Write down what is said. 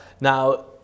Now